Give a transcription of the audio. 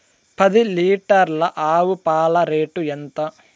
పది లీటర్ల ఆవు పాల రేటు ఎంత?